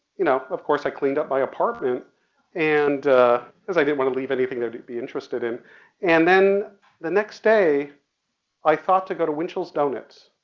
you know, of course i cleaned up my apartment and cause i didn't want to leave anything there they'd be interested in and then the next day i thought to go to winchell's donuts.